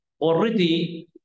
already